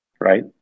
Right